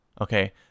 Okay